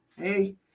Hey